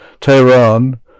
Tehran